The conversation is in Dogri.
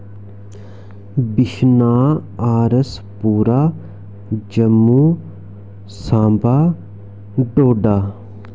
Bishnah R S Pura Jammu Samba Doda